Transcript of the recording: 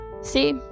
see